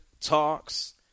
talks